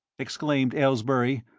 exclaimed aylesbury,